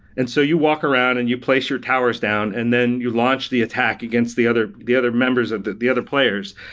and so you walk around and you place your towers down and then you launch the attack against the other the other members the the other players,